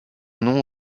nom